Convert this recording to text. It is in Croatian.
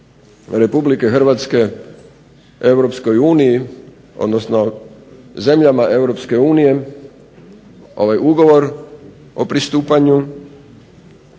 Republike Hrvatske Europskoj uniji, odnosno zemljama EU ovaj Ugovor o pristupanju